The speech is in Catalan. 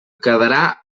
quedarà